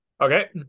Okay